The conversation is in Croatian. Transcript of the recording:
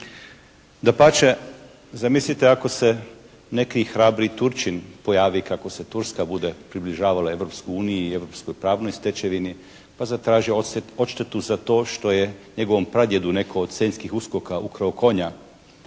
Dapače, zamislite ako se neki hrabri Turčin pojavi kako se Turska bude približavala Europskoj uniji i europskoj pravnoj stečevini pa zatraže odštetu za to što je njegovom pradjedu netko od senjskih uskoka ukrao konja